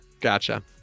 Gotcha